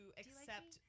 accept